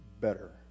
better